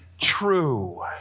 true